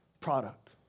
product